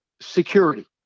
Security